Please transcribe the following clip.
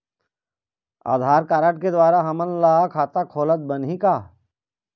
आधार card के द्वारा हमन ला खाता खोलत बनही का?